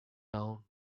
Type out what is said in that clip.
down